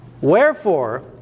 Wherefore